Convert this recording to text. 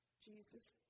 Jesus